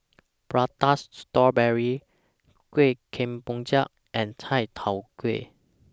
Prata Strawberry Kuih Kemboja and Chai Tow Kuay